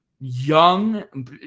young